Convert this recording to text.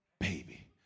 baby